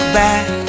back